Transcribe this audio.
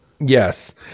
Yes